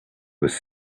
was